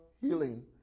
healing